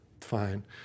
Fine